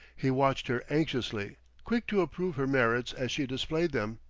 he watched her anxiously, quick to approve her merits as she displayed them.